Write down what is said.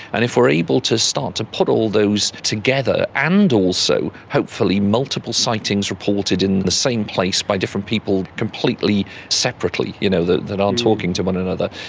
and if we are able to start to put all those together and also hopefully multiple sightings reported in the same place by different people completely separately, you know, that aren't talking to one another,